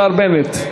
השר בנט.